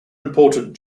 important